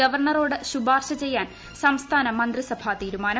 ഗവർണറോട് ശുപാർശ ചെയ്യാൻ സംസ്ഥാന മന്ത്രിസഭാ തീരുമാനം